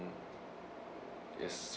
yes